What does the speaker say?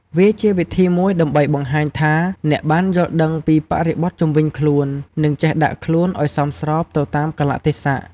វាជាវិធីមួយដើម្បីបង្ហាញថា អ្នកបានយល់ដឹងពីបរិបថជុំវិញខ្លួន និងចេះដាក់ខ្លួនឱ្យសមស្របទៅតាមកាលៈទេសៈ។